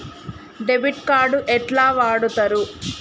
Debit card ఎట్లా వాడుతరు?